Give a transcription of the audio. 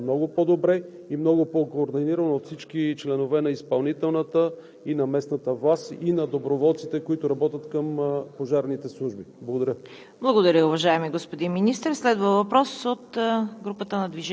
благодарение на това, че наистина единната спасителна система работи много по-добре и много по-координирано от всички членове на изпълнителната и на местната власт, и на доброволците, които работят към пожарните служби. Благодаря.